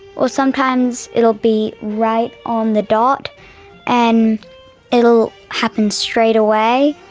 or sometimes it'll be right on the dot and it'll happen straight away.